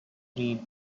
read